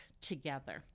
together